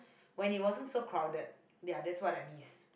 when it wasn't so crowded ya that's what I miss